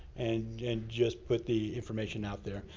and and just put the information out there.